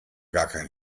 kein